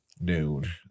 noon